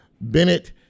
Bennett